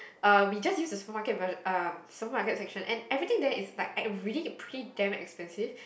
uh we just use a supermarket version uh supermarket section and everything there is like at a really pretty damn expensive